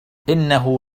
إنه